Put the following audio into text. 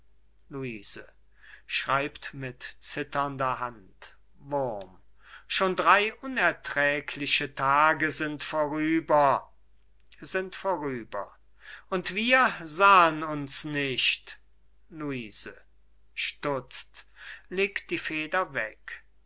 hand wurm schon drei unerträgliche tage sind vorüber sind vorüber und wir sahen uns nicht luise